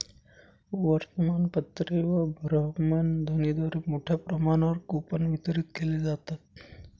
वर्तमानपत्रे व भ्रमणध्वनीद्वारे मोठ्या प्रमाणावर कूपन वितरित केले जातात